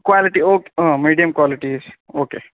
quality okay medium quality okay